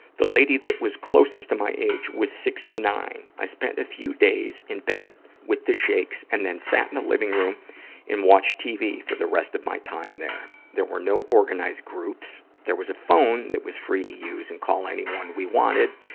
the lady that was closest to my age was sixty nine. i spent a few days in bed with the shakes and then sat in the living room and watched tv for the rest of my time there. there were no organized groups. there was a phone that was free to use and call anyone we wanted.